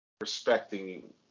respecting